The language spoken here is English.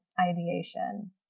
ideation